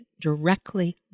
directly